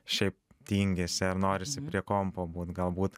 šiaip tingisi ar norisi prie kompo būt galbūt